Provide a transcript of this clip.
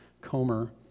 Comer